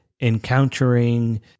encountering